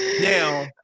Now